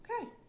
Okay